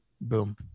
Boom